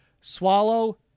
Swallow